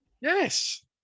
Yes